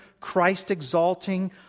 Christ-exalting